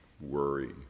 worry